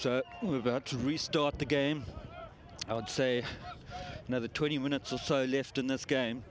move out to restart the game i would say another twenty minutes or so left in this game